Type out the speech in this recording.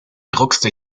druckste